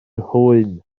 nhrwyn